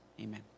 Amen